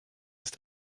ist